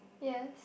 yes